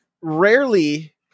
rarely